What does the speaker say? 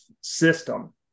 system